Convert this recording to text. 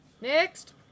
Next